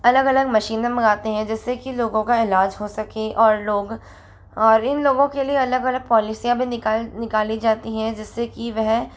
अलग अलग मशीने मंगाते हैं जिससे कि लोगों का इलाज़ हो सके और लोग और इन लोगों के लिए अलग अलग पॉलिसीयाँ अभी निकल निकली जाती हैं जिससे कि वह